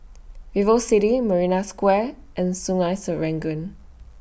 Vivocity Marina Square and Sungei Serangoon